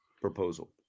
proposal